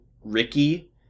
Ricky